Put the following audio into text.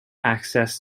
access